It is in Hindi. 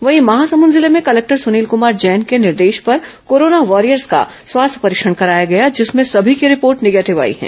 वहीं महासमुंद जिले में कलेक्टर सुनील कुमार जैन के निर्देश पर कोरोना वॉरियर्स का स्वास्थ्य परीक्षण कराया गया जिसमें सभी की रिपोर्ट निगेटिव आई है